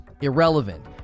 Irrelevant